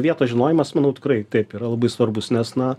vietos žinojimas manau tikrai taip yra labai svarbus nes na